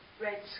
red